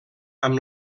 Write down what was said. amb